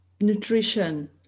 nutrition